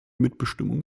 mitbestimmung